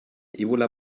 ebola